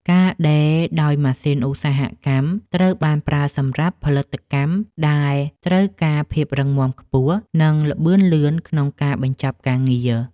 ការដេរដោយម៉ាស៊ីនឧស្សាហកម្ម ត្រូវបានប្រើសម្រាប់ផលិតកម្មដែលត្រូវការភាពរឹងមាំខ្ពស់ និងល្បឿនលឿនក្នុងការបញ្ចប់ការងារ។